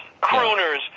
crooners